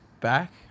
back